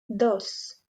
dos